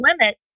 limit